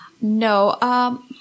No